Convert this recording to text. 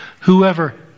Whoever